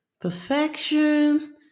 Perfection